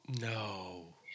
No